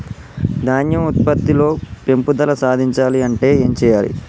ధాన్యం ఉత్పత్తి లో పెంపుదల సాధించాలి అంటే ఏం చెయ్యాలి?